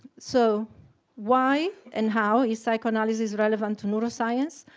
so why and how is psychoanalysis relevant neuroscience?